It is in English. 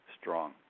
strong